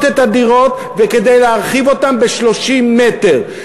את הדירות וכדי להרחיב אותן ב-30 מ"ר.